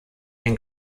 den